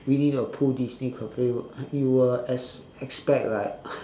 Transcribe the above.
winnie the pooh disney cafe you will ex~ expect like